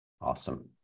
awesome